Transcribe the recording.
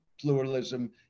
pluralism